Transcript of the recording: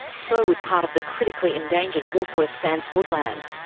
so would part of the critically endangered warkworth sands woodland.